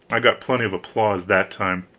i got plenty of applause that time.